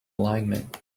alignment